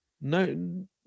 No